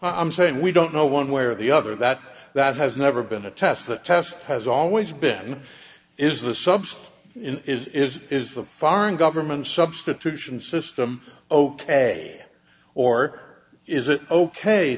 i'm saying we don't know one way or the other that that has never been a test the test has always been is the subs in is is is the foreign government substitution system ok or is it ok